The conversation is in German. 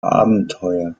abenteuer